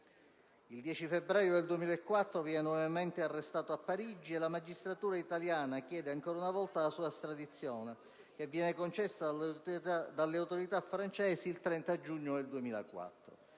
Il 10 febbraio 2004 venne nuovamente arrestato a Parigi e la magistratura italiana chiese, ancora una volta, la sua estradizione, che venne concessa dalle autorità francesi il 30 giugno 2004.